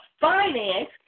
finance